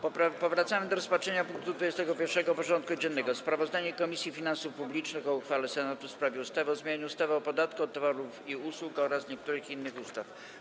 Powracamy do rozpatrzenia punktu 21. porządku dziennego: Sprawozdanie Komisji Finansów Publicznych o uchwale Senatu w sprawie ustawy o zmianie ustawy o podatku od towarów i usług oraz niektórych innych ustaw.